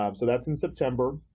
um so that's in september.